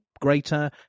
greater